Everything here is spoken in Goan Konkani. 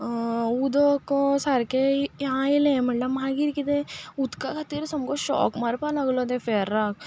उदक सारकें येलें म्हमल्यार मागीर कितें उदका खातीर सामको शॉक मारपा लागलो ते फेर्राक